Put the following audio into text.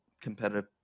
competitive